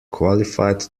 qualified